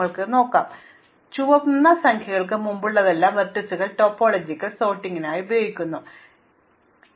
അതിനാൽ ഞാൻ നൽകിയ ചുവന്ന സംഖ്യകൾക്ക് മുമ്പുള്ളതുപോലെ വെർട്ടീസുകൾ ടോപ്പോളജിക്കൽ സോർട്ടിംഗിനായി ഉപയോഗിക്കുന്നു അവ സൂചകങ്ങളെ സൂചിപ്പിക്കുന്നു